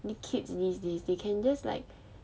they keeps this this they can just like